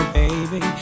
baby